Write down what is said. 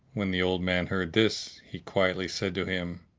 when the old man heard this, he quietly said to him,